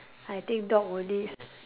I think dog only